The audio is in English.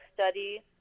study